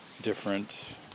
different